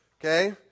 Okay